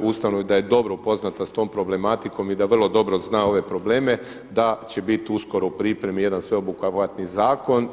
ustanovu i da je dobro upoznata sa tom problematikom i da vrlo dobro zna ove probleme, da će bit uskoro u pripremi jedan sveobuhvatni zakon.